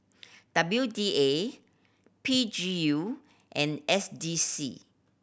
W D A P G U and S D C